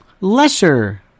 lesser